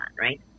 right